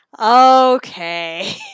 Okay